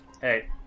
Hey